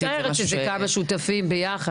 זה משהו --- אני משערת שזה כמה שותפים ביחד,